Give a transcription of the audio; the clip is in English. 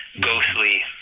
ghostly